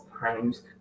times